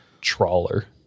trawler